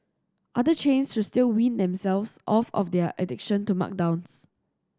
other chains should still wean themselves off of their addiction to markdowns